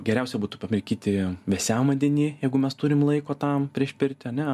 geriausia būtų pamirkyti vėsiam vandeny jeigu mes turim laiko tam prieš pirtį